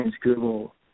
Google